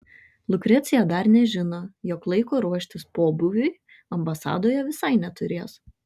lukrecija dar nežino jog laiko ruoštis pobūviui ambasadoje visai neturės